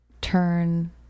turn